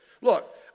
Look